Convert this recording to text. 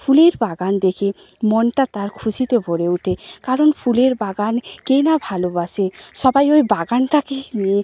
ফুলের বাগান দেখে মনটা তার খুশিতে ভরে ওঠে কারণ ফুলের বাগান কে না ভালোবাসে সবাই ওই বাগানটাকেই নিয়ে